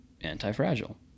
anti-fragile